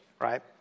right